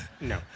No